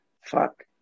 Fuck